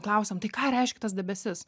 klausiam tai ką reiškia tas debesis